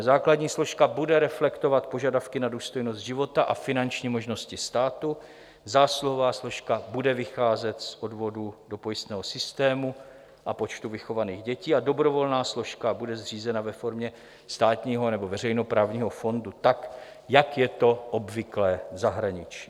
Základní složka bude reflektovat požadavky na důstojnost života a finanční možnosti státu, zásluhová složka bude vycházet z odvodů do pojistného systému a počtu vychovaných dětí, a dobrovolná složka bude zřízena ve formě státního nebo veřejnoprávního fondu tak, jak je to obvyklé v zahraničí.